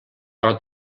però